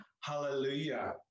hallelujah